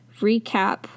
recap